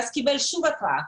ואז קיבל שוב התראה,